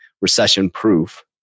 recession-proof